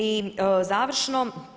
I završno.